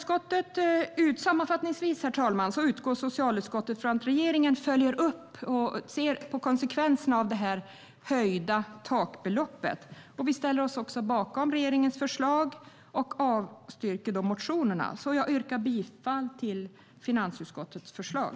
Sammanfattningsvis, herr talman, utgår socialutskottet från att regeringen följer upp konsekvenserna av det höjda takbeloppet. Vi ställer oss också bakom regeringens förslag och avstyrker motionerna. Jag yrkar bifall till finansutskottets förslag.